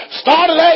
started